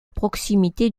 proximité